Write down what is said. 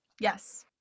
Yes